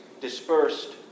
dispersed